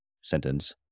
sentence